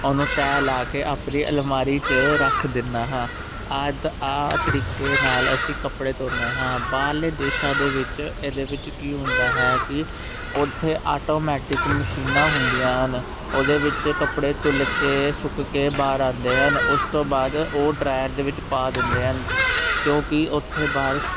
ਉਹਨੂੰ ਤੈਅ ਲਾ ਕੇ ਆਪਣੀ ਅਲਮਾਰੀ 'ਚ ਰੱਖ ਦਿੰਦਾ ਹਾਂ ਆਹ ਆਹ ਤਰੀਕੇ ਨਾਲ ਅਸੀਂ ਕੱਪੜੇ ਧੋਨੇ ਹਾਂ ਬਾਹਰਲੇ ਦੇਸ਼ਾਂ ਦੇ ਵਿੱਚ ਇਹਦੇ ਵਿੱਚ ਕੀ ਹੁੰਦਾ ਹੈ ਕਿ ਉੱਥੇ ਆਟੋਮੈਟਿਕ ਮਸ਼ੀਨਾਂ ਹੁੰਦੀਆਂ ਹਨ ਉਹਦੇ ਵਿੱਚ ਕੱਪੜੇ ਧੁਲ ਕੇ ਸੁੱਕ ਕੇ ਬਾਹਰ ਆਉਂਦੇ ਹਨ ਉਸ ਤੋਂ ਬਾਅਦ ਉਹ ਡਰੈਅਰ ਦੇ ਵਿੱਚ ਪਾ ਦਿੰਦੇ ਹਨ ਕਿਉਂਕਿ ਉੱਥੇ ਬਾਰਸ